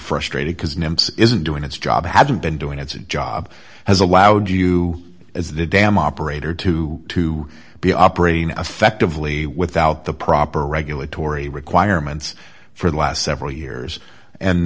frustrated because number isn't doing its job hasn't been doing its job has allowed you as the dam operator to to be operating effectively without the proper regulatory requirements for the last several years and